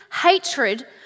hatred